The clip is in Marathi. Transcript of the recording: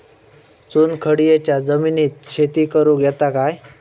चुनखडीयेच्या जमिनीत शेती करुक येता काय?